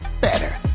Better